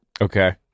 Okay